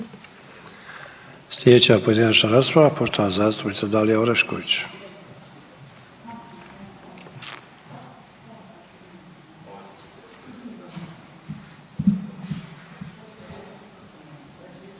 Sljedeća pojedinačna rasprava poštovana zastupnica Dalija Orešković.